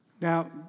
Now